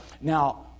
Now